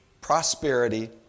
prosperity